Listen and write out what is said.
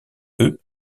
eux